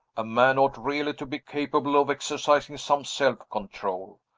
a man ought really to be capable of exercising some self-control.